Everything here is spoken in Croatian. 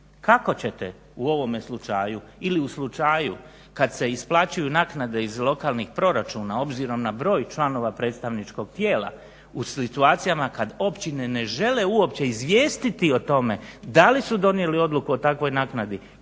Kako ćete u ovome slučaju ili u slučaju kad se isplaćuju naknade iz lokalnih proračuna obzirom na broj članova predstavničkog tijela u situacijama kad općine ne žele uopće izvijestiti o tome da li su donijeli odluku o takvoj naknadi,